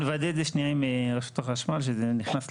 אנחנו נוודא את זה שנייה עם רשות החשמל שזה נכנס להגדרה.